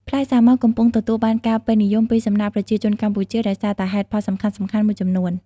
ផ្លែសាវម៉ាវកំពុងទទួលបានការពេញនិយមពីសំណាក់ប្រជាជនកម្ពុជាដោយសារតែហេតុផលសំខាន់ៗមួយចំនួន